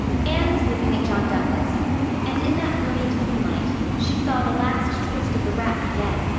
anne was looking at john douglas and, in that brilliant moonlight, she saw the last twist of the rack again.